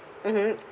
mmhmm